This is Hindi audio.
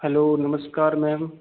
हलो नमस्कार मैम